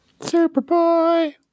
Superboy